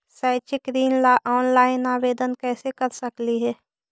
शैक्षिक ऋण ला ऑनलाइन आवेदन कैसे कर सकली हे?